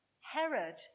Herod